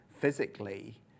physically